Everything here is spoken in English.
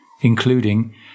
including